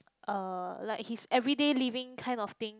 uh like his everyday living kind of thing